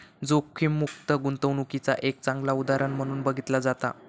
जोखीममुक्त गुंतवणूकीचा एक चांगला उदाहरण म्हणून बघितला जाता